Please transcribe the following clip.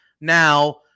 Now